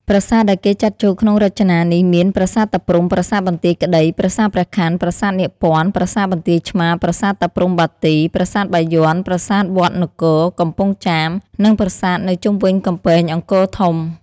ប្រាសាទ ដែលគេចាត់ចូលក្នុងរចនានេះមានប្រាសាទតាព្រហ្ម ប្រាសាទបន្ទាយក្តី ប្រាសាទព្រះខន័ ប្រាសាទនាគពន្ធ័ ប្រាសាទបន្ទាយឆ្មារ ប្រាសាទតាព្រហ្ម(បាទី ) ប្រាសាទបាយ័ន ប្រាសាទវត្តនគរ (កំពង់ចាម ) និងប្រាសាទនៅជុំវិញកំពែង អង្គរធំ ។